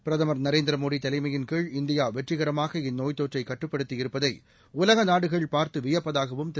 பிரதமர் நரேந்திர மோடி தலைமையின் கீழ் இந்தியா தொற்றைக் வெற்றிகரமாக கட்டுப்படுத்தியிருப்பதை உலக நாடுகள் பார்த்து வியப்பதாகவும் திரு